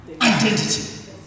identity